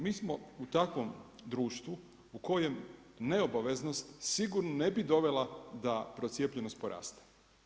Mi smo u takvom društvu u kojem neobaveznost sigurno ne bi dovela da procijepljenost poraste.